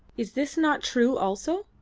is this not true also?